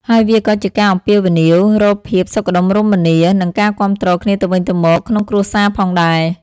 ហើយវាក៏ជាការអំពាវនាវរកភាពសុខដុមរមនា និងការគាំទ្រគ្នាទៅវិញទៅមកក្នុងគ្រួសារផងដែរ។